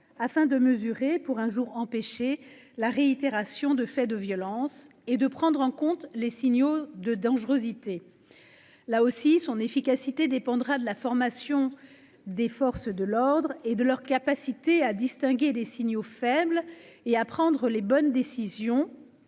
afin de mesurer pour un jour, empêcher la réitération de faits de violence et de prendre en compte les signaux de dangerosité là aussi son efficacité dépendra de la formation des forces de l'ordre et de leur capacité à distinguer des signaux faibles et à prendre les bonnes décisions